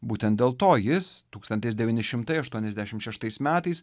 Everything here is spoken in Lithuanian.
būtent dėl to jis tūkstantis devyni šimtai aštuoniasdešim šeštais metais